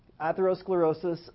Atherosclerosis